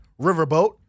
Riverboat